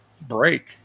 break